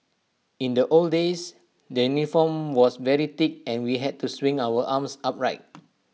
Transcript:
in the old days the uniform was very thick and we had to swing our arms upright